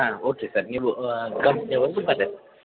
ಹಾಂ okay sir ನೀವು